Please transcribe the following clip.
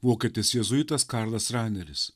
vokietis jėzuitas karlas raneris